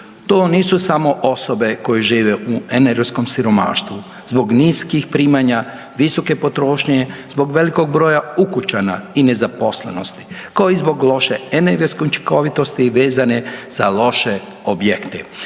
To nisu samo osobe koje žive u energetskom siromaštvu, zbog niskih primanja, visoke potrošnje, zbog velikog broja ukućana i nezaposlenosti, kao i zbog loše energetske učinkovitosti vezane za loše objekte.